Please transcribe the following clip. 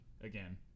again